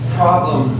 problem